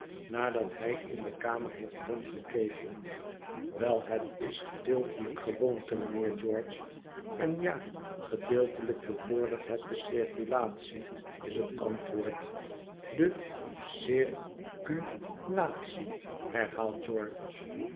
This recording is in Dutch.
nadat hij in de kamer heeft rondgekeken wel het is gedeeltelijk gewoonte mijnheer george en ja gedeeltelijk bevordert het de circulatie is het antwoord de cir cu latie herhaalt